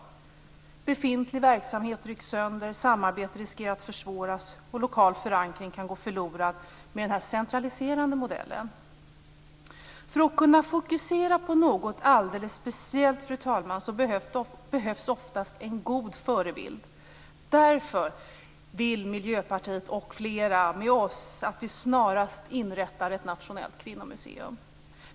Befintlig verksamhet rycks sönder, samarbete riskerar att försvåras och lokal förankring kan gå förlorad med denna centraliserande modell. Fru talman! För att kunna fokusera på något alldeles speciellt behövs oftast en god förebild. Därför vill vi i Miljöpartiet, och flera med oss, att ett nationellt kvinnomuseum snarast inrättas.